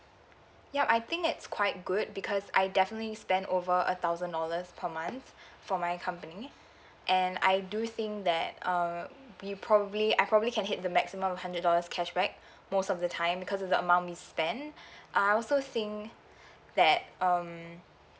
yup I think it's quite good because I definitely spend over a thousand dollars per month for my company and I do think that uh we probably I probably can hit the maximum of hundred dollars cashback most of the time because of the amount we spend I also think that um